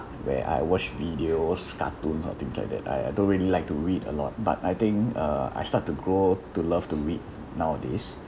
where I watch videos cartoons or things like that I uh don't really like to read a lot but I think uh I start to grow to love to read nowadays